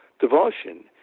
devotion